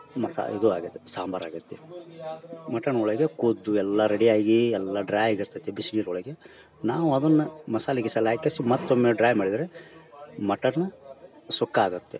ಮಸಾ ಇದು ಆಗತ್ತೆ ಸಾಂಬಾರು ಆಗತ್ತೆ ಮಟನ್ ಒಳಗೆ ಕೊದ್ದು ಎಲ್ಲಾ ರೆಡಿಯಾಗಿ ಎಲ್ಲ ಡ್ರೈ ಆಗಿರ್ತೈತಿ ಬಿಸಿ ನೀರು ಒಳಗೆ ನಾವು ಅದನ್ನ ಮಸಾಲೆ ಗಿಸಾಲೆ ಹಾಕಿಸಿ ಮತ್ತೊಮ್ಮೆ ಡ್ರೈ ಮಾಡಿದ್ರೆ ಮಟನ್ ಸುಕ್ಕಾ ಆಗತ್ತೆ